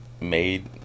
made